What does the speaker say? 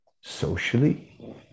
socially